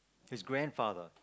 his grandfather